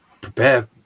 prepare